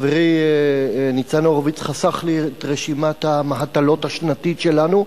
חברי ניצן הורוביץ חסך לי את רשימת המהתלות השנתית שלנו.